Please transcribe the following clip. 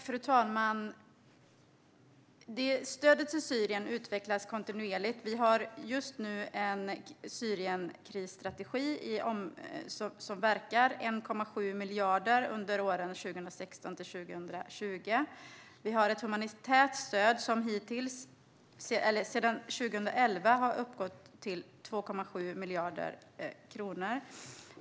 Fru talman! Stödet till Syrien utvecklas kontinuerligt. Vi har just nu en Syrienkrisstrategi som verkar. Den omfattar 1,7 miljarder under åren 2016-2020. Vi har ett humanitärt stöd som sedan 2011 har uppgått till 2,7 miljarder kronor.